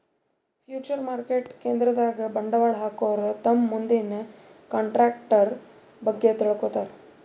future market ಕೇಂದ್ರದಾಗ್ ಬಂಡವಾಳ್ ಹಾಕೋರು ತಮ್ ಮುಂದಿನ ಕಂಟ್ರಾಕ್ಟರ್ ಬಗ್ಗೆ ತಿಳ್ಕೋತಾರ್